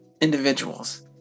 individuals